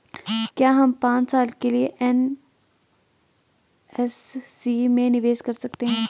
क्या हम पांच साल के लिए एन.एस.सी में निवेश कर सकते हैं?